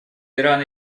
ирана